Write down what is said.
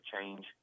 change